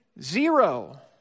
zero